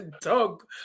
dog